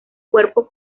cuerpo